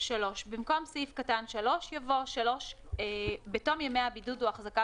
(3)במקום סעיף קטן (3) יבוא: "(3)בתום ימי הבידוד או ההחזקה